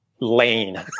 lane